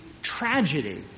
tragedy